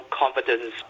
confidence